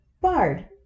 bard